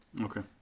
okay